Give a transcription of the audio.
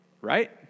right